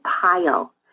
pile